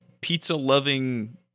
pizza-loving